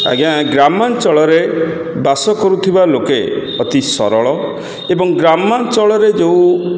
ଆଜ୍ଞା ଗ୍ରାମାଞ୍ଚଳରେ ବାସ କରୁଥିବା ଲୋକେ ଅତି ସରଳ ଏବଂ ଗ୍ରାମାଞ୍ଚଳରେ ଯେଉଁ